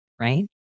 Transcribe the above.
right